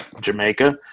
Jamaica –